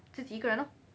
自己一个人咯